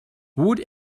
would